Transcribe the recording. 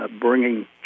bringing